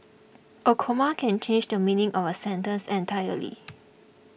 a comma can change the meaning of a sentence entirely